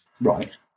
Right